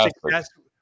successful